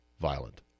violent